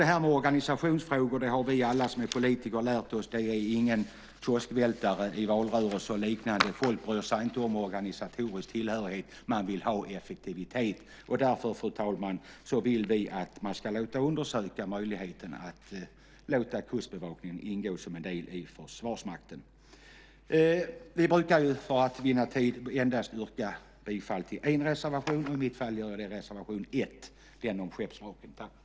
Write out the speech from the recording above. Alla vi som är politiker har lärt oss att det här med organisationsfrågor inte är någon kioskvältare i valrörelser och liknande. Folk bryr sig inte om organisatorisk tillhörighet. Man vill ha effektivitet. Därför, fru talman, vill vi att man ska låta undersöka möjligheten att låta Kustbevakningen ingå som en del i Försvarsmakten. Vi brukar för att vinna tid yrka bifall till endast en reservation. I mitt fall gör jag det till reservation 1, Vrak och ägarlösa båtar.